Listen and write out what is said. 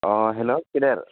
अ हेल' गेदेर